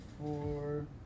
four